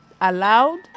allowed